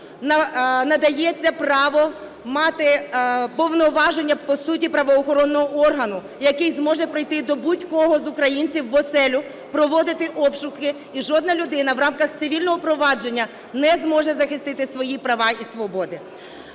надається право мати повноваження по суті правоохоронного органу, який зможе прийти до будь-кого з українців в оселю, проводити обшуки і жодна людина в рамках цивільного провадження не зможе захистити свої права і свободи.